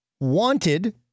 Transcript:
wanted